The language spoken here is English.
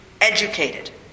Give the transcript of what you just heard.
educated